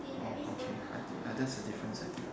oh okay I think that's the difference I think